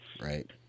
Right